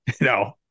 No